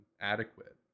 adequate